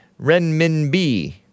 renminbi